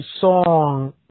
song